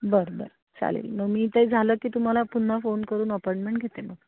बरं बरं चालेल मग मी ते झालं की तुम्हाला पुन्हा फोन करून अपॉइंटमेंट घेते मग